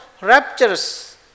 raptures